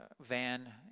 van